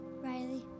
Riley